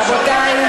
רבותי,